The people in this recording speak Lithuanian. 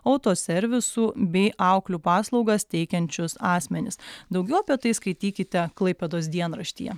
autoservisų bei auklių paslaugas teikiančius asmenis daugiau apie tai skaitykite klaipėdos dienraštyje